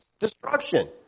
destruction